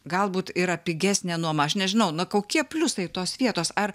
galbūt yra pigesnė nuoma aš nežinau na kokie pliusai tos vietos ar